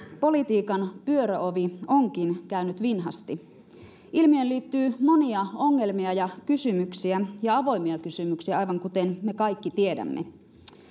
politiikan pyöröovi onkin käynyt vinhasti ilmiöön liittyy monia ongelmia ja kysymyksiä ja avoimia kysymyksiä aivan kuten me kaikki tiedämme